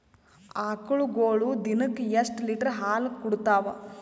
ಆಕಳುಗೊಳು ದಿನಕ್ಕ ಎಷ್ಟ ಲೀಟರ್ ಹಾಲ ಕುಡತಾವ?